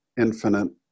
infinite